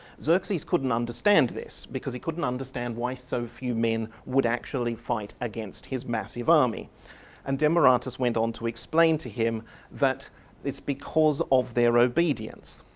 xerxes couldn't understand this because he couldn't understand why so few men would actually fight against his massive army and demaratus went on to explain to him that it's because of their obedience.